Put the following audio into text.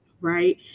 right